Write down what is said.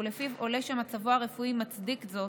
שלפיו עולה שמצבו הרפואי מצדיק זאת,